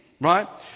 Right